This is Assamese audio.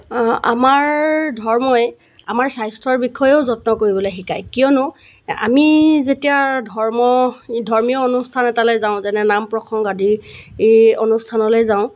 অঁ আমাৰ ধৰ্মই আমাৰ স্বাস্থ্যৰ বিষয়েও যত্ন কৰিবলৈ শিকাই কিয়নো আমি যেতিয়া ধৰ্ম ধৰ্মীয় অনুষ্ঠান এটালৈ যাওঁ যেনে নামপ্ৰসংগ আদি অনুষ্ঠানলৈ যাওঁ